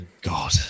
God